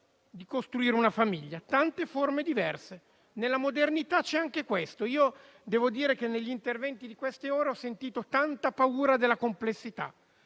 di costruire una famiglia. Tante forme diverse: nella modernità c'è anche questo. Devo dire che negli interventi di queste ore ho sentito tanta paura della complessità,